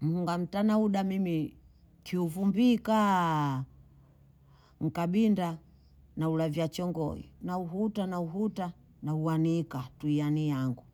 Munga mtana huda mimi. Kiyofumbika mkabinda, na ulafia chongo. Na uhuta, na uhuta, na uwanika tuyani yangu.